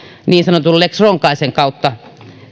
niin sanotun lex ronkaisen kautta